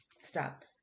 Stop